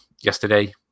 yesterday